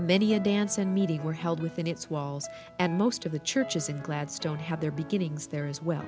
many a dance and meeting were held within its walls and most of the churches and gladstone had their beginnings there as well